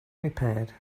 repaired